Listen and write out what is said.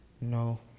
No